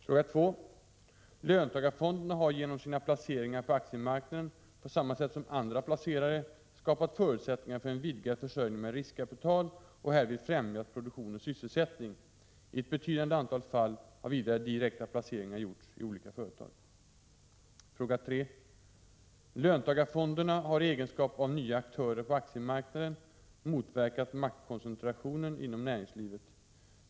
Fråga 2: Löntagarfonderna har genom sina placeringar på aktiemarknaden på samma sätt som andra placerare skapat förutsättningar för en vidgad försörjning med riskkapital och härvid främjat produktion och sysselsättning. I ett betydande antal fall har vidare direkta placeringar gjorts i olika företag. Fråga 3: Löntagarfonderna har i egenskap av nya aktörer på aktiemarknaden motverkat maktkoncentrationen inom näringslivet.